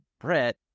Brett